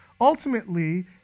Ultimately